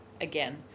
again